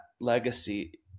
legacy